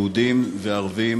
יהודים וערבים,